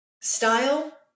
style